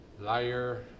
Liar